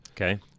Okay